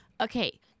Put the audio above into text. Okay